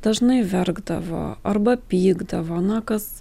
dažnai verkdavo arba pykdavo na kas